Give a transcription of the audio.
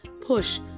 push